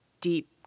deep